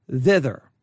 thither